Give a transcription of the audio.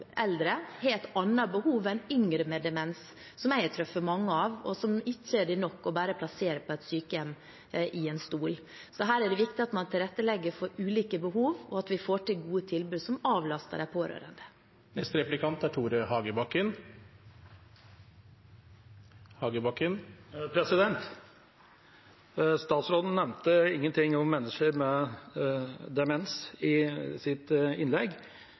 eldre, har et annet behov enn yngre med demens, som jeg har truffet mange av, og som det ikke er nok å bare plassere i en stol på et sykehjem. Så her er det viktig at man tilrettelegger for ulike behov, og at vi får til gode tilbud som avlaster de pårørende. Statsråden nevnte ingenting om mennesker med demens i sitt innlegg.